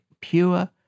pure